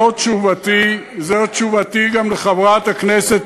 בטעות כל זה נעשה?